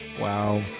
Wow